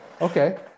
Okay